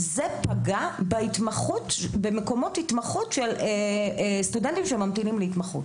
זה פגע במקומות התמחות של סטודנטים שממתינים להתמחות?